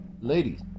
Ladies